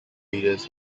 leaders